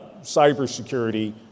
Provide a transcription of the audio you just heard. cybersecurity